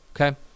Okay